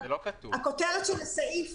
התשנ"ח-1998,